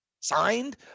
signed